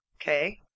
Okay